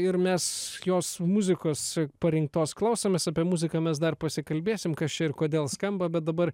ir mes jos muzikos parinktos klausomės apie muziką mes dar pasikalbėsim kas čia ir kodėl skamba bet dabar